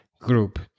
group